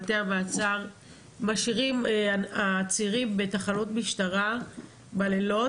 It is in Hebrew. בתי המעצר משאירים עצירים בתחנות משטרה בלילות